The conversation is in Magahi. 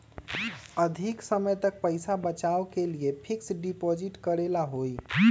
अधिक समय तक पईसा बचाव के लिए फिक्स डिपॉजिट करेला होयई?